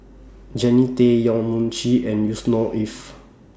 Jannie Tay Yong Mun Chee and Yusnor Ef